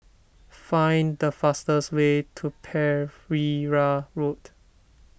find the fastest way to Pereira Road